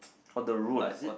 on the road is it